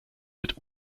mit